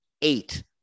eight